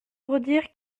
redire